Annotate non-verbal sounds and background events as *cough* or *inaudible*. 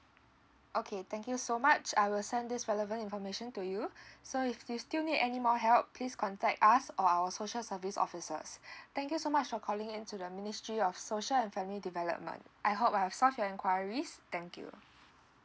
okay thank you so much I will send this relevant information to you so if you still need any more help please contact us or our social service officers *breath* thank you so much for calling in to the ministry of social and family development I hope I have solved your enquiries thank you